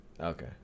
Okay